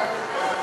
התשע"ו